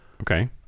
okay